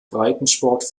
breitensport